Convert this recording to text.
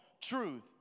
truth